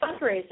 fundraising